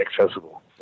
accessible